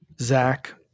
Zach